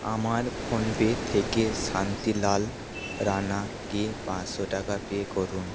আমার ফোনপে থেকে শান্তিলাল রাণাকে পাঁচশো টাকা পে করুন